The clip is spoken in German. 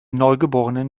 neugeborenen